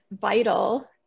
vital